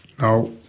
Now